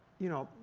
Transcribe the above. you know,